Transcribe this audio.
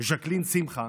ז'קלין שמחה,